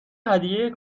هدیه